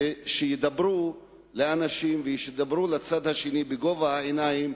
שידברו לאנשים וידברו לצד השני בגובה העיניים,